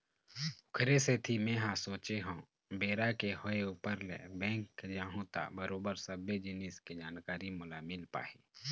ओखरे सेती मेंहा सोचे हव बेरा के होय ऊपर ले बेंक जाहूँ त बरोबर सबे जिनिस के जानकारी मोला मिल पाही